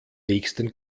nächsten